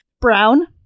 Brown